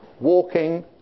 walking